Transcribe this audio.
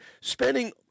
spending